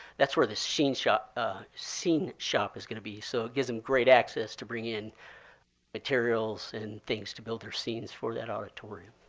that's where the scene shop scene shop is going to be. so it gives them great access to bring in materials and things to build their scenes for that auditorium.